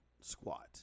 squat